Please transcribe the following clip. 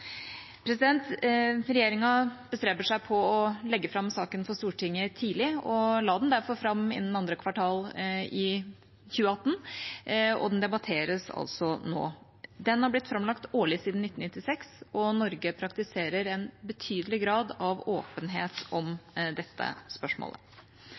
Regjeringa bestreber seg på å legge fram saken for Stortinget tidlig og la den derfor fram innen 2. kvartal i 2018, og den debatteres altså nå. Den har blitt framlagt årlig siden 1996, og Norge praktiserer en betydelig grad av åpenhet